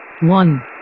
one